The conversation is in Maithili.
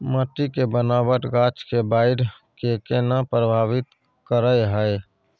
माटी के बनावट गाछ के बाइढ़ के केना प्रभावित करय हय?